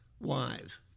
wives